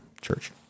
church